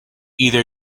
either